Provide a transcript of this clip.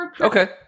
Okay